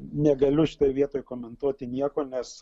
negaliu šitoj vietoj komentuoti nieko nes